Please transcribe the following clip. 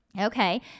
Okay